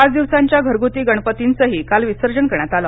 पाच दिवसांच्या घरगृती गणपतींचंही काल विसर्जन करण्यात आलं